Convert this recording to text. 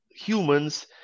humans